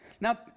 Now